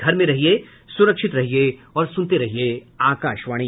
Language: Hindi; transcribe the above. घर में रहिये सुरक्षित रहिये और सुनते रहिये आकाशवाणी